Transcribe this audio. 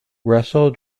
russell